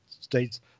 States